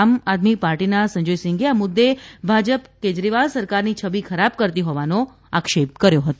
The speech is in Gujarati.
આમ આદમી પાર્ટીના સંજયસિંગે આ મુદ્દે ભાજપ કેજરીવાલ સરકારની છબી ખરાબ કરતી હોવાનો આક્ષેપ કર્યો હતો